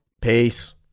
Peace